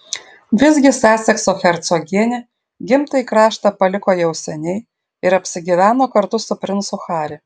visgi sasekso hercogienė gimtąjį kraštą paliko jau seniai ir apsigyveno kartu su princu harry